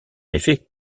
effet